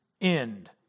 end